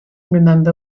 remember